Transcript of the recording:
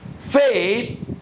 Faith